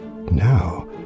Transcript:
Now